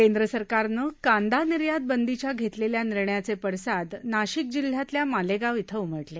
केंद्र सरकारनं कांदा निर्यात बंदीच्या घेतलेल्या निर्णयाचे पडसाद नाशिक जिल्ह्यातल्या मालेगाव श्वें उमटले